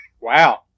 Wow